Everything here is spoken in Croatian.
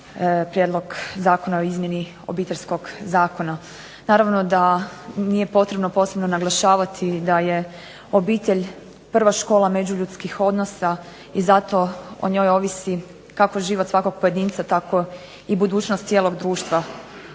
prijedlog Zakona o izmjeni Obiteljskog zakona. Naravno da nije potrebno posebno naglašavati da je obitelj prva škola međuljudskih odnosa i zato o njoj ovisi kako život svakog pojedinca tako i budućnost cijelog društva.